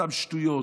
אותן שטויות,